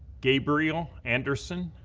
gabriel anderson,